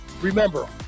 remember